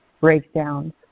breakdowns